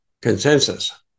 consensus